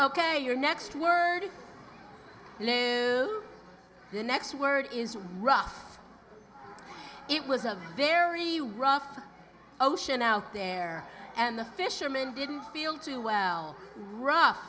ok your next word the next word is rough it was a very rough ocean out there and the fisherman didn't feel too well r